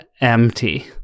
empty